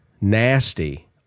nasty